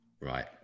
Right